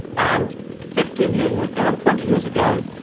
and fifteen years ago, twenty years ago,